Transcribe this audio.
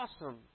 awesome